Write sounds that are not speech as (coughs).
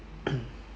(coughs)